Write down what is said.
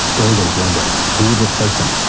billions wonder, who would replace him.